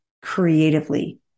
creatively